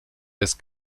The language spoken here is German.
des